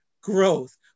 growth